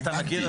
הבנתי.